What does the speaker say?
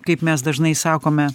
kaip mes dažnai sakome